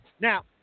Now